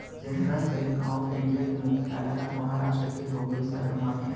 central bank of India के मुख्यालय ह महारास्ट के बंबई सहर म हे